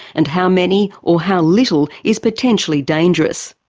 and how many or how little is potentially dangerous?